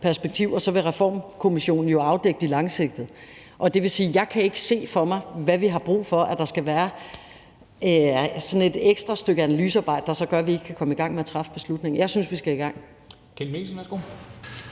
perspektiv, og så vil Reformkommissionen jo afdække de langsigtede. Det vil sige, at jeg ikke kan se for mig, at vi har brug for, at der skal være sådan et ekstra stykke analysearbejde, der så gør, at vi ikke kan komme i gang med at træffe beslutningen. Jeg synes, vi skal i gang.